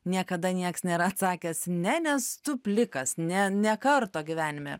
niekada nieks nėra atsakęs ne nes tu plikas ne ne karto gyvenime